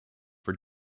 for